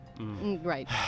Right